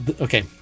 okay